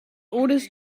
orders